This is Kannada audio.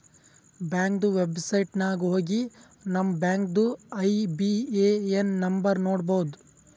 ಬ್ಯಾಂಕ್ದು ವೆಬ್ಸೈಟ್ ನಾಗ್ ಹೋಗಿ ನಮ್ ಬ್ಯಾಂಕ್ದು ಐ.ಬಿ.ಎ.ಎನ್ ನಂಬರ್ ನೋಡ್ಬೋದ್